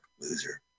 loser